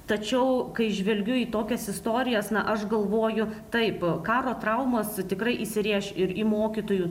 tačiau kai žvelgiu į tokias istorijas na aš galvoju taip karo traumos tikrai įsirėš ir į mokytojų